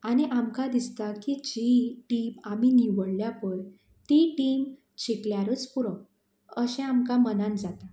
आनी आमकां दिसता की जी टीम आमी निवडल्या पय ती टीम जिकल्यारूच पुरो अशें आमकां मनान जाता